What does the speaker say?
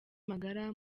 magara